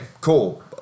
cool